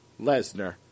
Lesnar